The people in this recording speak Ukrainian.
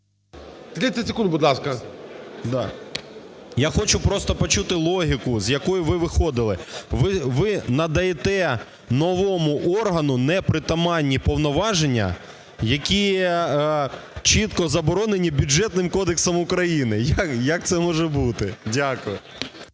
30 секунд, будь ласка. ЛУБІНЕЦЬ Д.В. Я хочу просто почути логіку, з якої ви виходили. Ви надаєте новому органу непритаманні повноваження, які чітко заборонені Бюджетним кодексом України. Як це може бути? Дякую.